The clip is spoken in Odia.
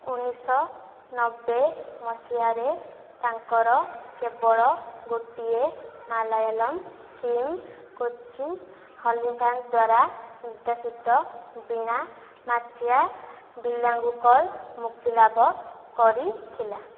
ଉଣେଇଶହ ନବେ ମସିହାରେ ତାଙ୍କର କେବଳ ଗୋଟିଏ ମାଲୟାଲମ ଫିଲ୍ମ କୋଚିନ ହନିଫାଙ୍କ ଦ୍ୱାରା ନିର୍ଦ୍ଦେଶିତ ବୀଣା ମିଟ୍ଟିଆ ବିଲାଙ୍ଗୁକଲ ମୁକ୍ତିଲାଭ କରିଥିଲା